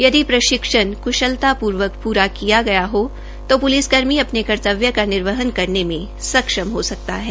यदि प्रशिक्षण कृशलता पर्वक प्रा किया हो तो पुलिसकर्मी अपने कर्तव्य का निर्वहन करने में सक्षम हो सकता है